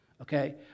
Okay